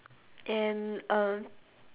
and uh